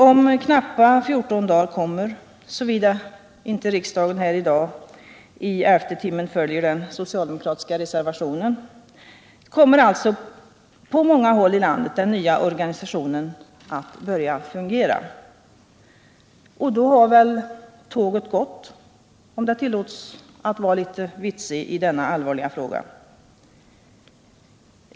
Om knappa 14 dagar kommer — såvida inte riksdagen här i dag i elfte timmen följer den socialdemokratiska reservationen — på många håll i landet den nya organisationen att börja fungera. Och då har väl ”tåget gått”, om det tillåts mig att vara litet vitsig i denna allvarliga fråga.